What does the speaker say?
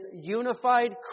unified